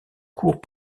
cours